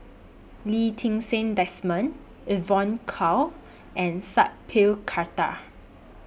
Lee Ti Seng Desmond Evon Kow and Sat Pal Khattar